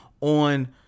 on